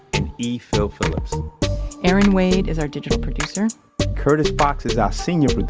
and e. phil phillips erin wade is our digital producer curtis fox is our senior but